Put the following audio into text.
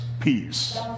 peace